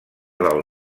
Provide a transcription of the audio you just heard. del